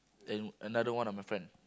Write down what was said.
and another one of my friend